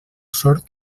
sort